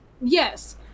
Yes